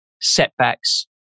setbacks